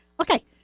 Okay